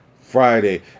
friday